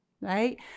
right